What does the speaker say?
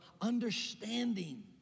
understanding